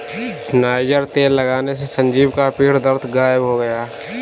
niger तेल लगाने से संजीव का पीठ दर्द गायब हो गया